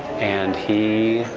and he